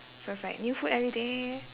so it's like new food everyday